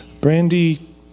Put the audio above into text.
Brandy